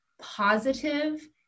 positive